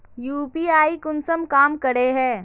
UPI कुंसम काम करे है?